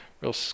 real